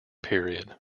period